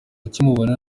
ukimubona